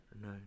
no